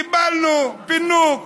קיבלנו פינוק.